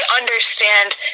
understand